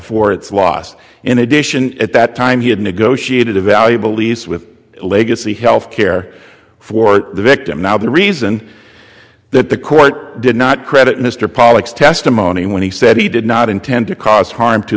its loss in addition at that time he had negotiated a valuable lease with legacy health care for the victim now the reason that the court did not credit mr pollock's testimony when he said he did not intend to cause harm to